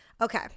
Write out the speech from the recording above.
okay